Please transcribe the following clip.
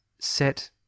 set